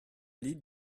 lit